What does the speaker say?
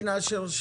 אשר,